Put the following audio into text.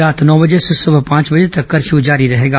रात नौ बजे से सुबह पांच बजे तक कफ्यू जारी रहेगा